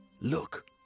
Look